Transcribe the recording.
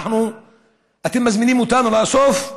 ואתם מזמינים אותנו לאסוף.